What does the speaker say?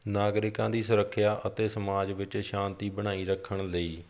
ਨਾਗਰਿਕਾਂ ਦੀ ਸੁਰੱਖਿਆ ਅਤੇ ਸਮਾਜ ਵਿੱਚ ਸ਼ਾਂਤੀ ਬਣਾਈ ਰੱਖਣ ਲਈ